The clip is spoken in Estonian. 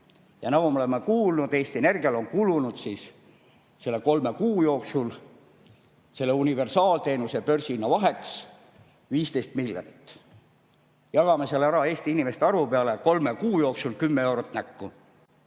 Nagu me oleme kuulnud, on Eesti Energial kulunud selle kolme kuu jooksul universaalteenuse börsihinna vaheks 15 miljonit. Jagame selle ära Eesti inimeste arvu peale – kolme kuu jooksul 10 eurot näkku.